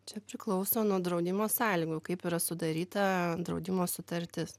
čia priklauso nuo draudimo sąlygų kaip yra sudaryta draudimo sutartis